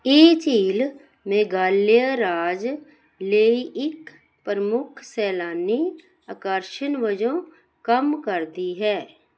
ਇਹ ਝੀਲ ਮੇਘਾਲਿਆ ਰਾਜ ਲਈ ਇੱਕ ਪ੍ਰਮੁੱਖ ਸੈਲਾਨੀ ਆਕਰਸ਼ਣ ਵਜੋਂ ਕੰਮ ਕਰਦੀ ਹੈ